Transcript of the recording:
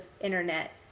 internet